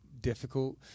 difficult